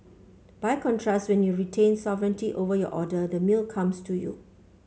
by contrast when you retain sovereignty over your order the meal comes to you